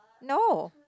no